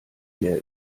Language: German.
leer